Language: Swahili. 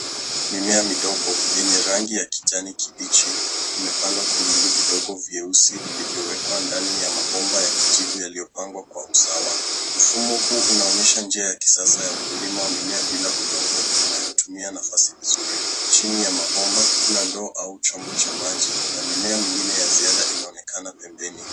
Mimea midogo yenye rangi ya kijani kibichi imepandwa kwenye vyungu vidogo vyeusi vilivyowekwa ndani ya mabomba ya kijivu yaliyopangwa kwa usawa. Mfumo huu unaonyesha njia ya kisasa ya kulima mimea bila udongo inayotumia nafasi vizuri. Chini ya mabomba, kuna ndoo au chombo cha maji na mimea mingine ya ziada inaonekana pembeni.